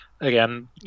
again